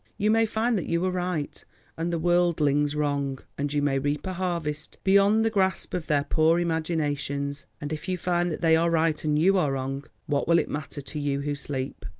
you may find that you were right and the worldlings wrong, and you may reap a harvest beyond the grasp of their poor imaginations. and if you find that they are right and you are wrong, what will it matter to you who sleep?